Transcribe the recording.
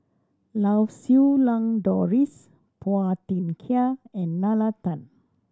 Lau Siew Lang Doris Phua Thin Kiay and Nalla Tan